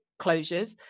closures